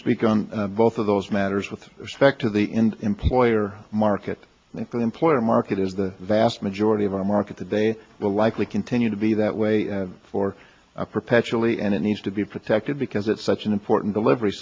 speak on both of those matters with respect to the end employer market and employer market is the vast majority of the market today will likely continue to be that way for perpetually and it needs to be protected because it's such an important delivery